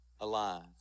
alive